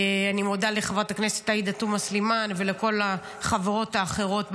אני מודה לחברת הכנסת עאידה תומא סלימאן ולכל החברות האחרות בוועדה.